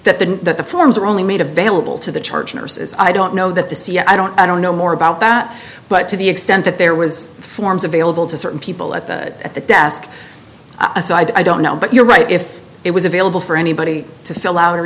that the that the forms are only made available to the charge nurses i don't know that the c i don't i don't know more about that but to the extent that there was forms available to certain people at the at the desk i said i don't know but you're right if it was available for anybody to fill out or